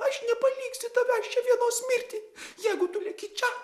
aš nepaliksiu tavęs čia vienos mirti jeigu tu lieki čia